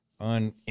On